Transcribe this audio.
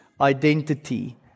identity